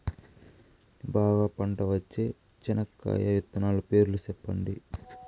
బాగా పంట వచ్చే చెనక్కాయ విత్తనాలు పేర్లు సెప్పండి?